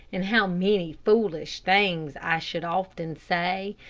and how many foolish things i should often say.